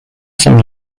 some